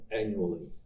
annually